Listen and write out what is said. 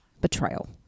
Betrayal